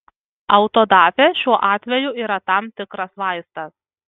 autodafė šiuo atveju yra tam tikras vaistas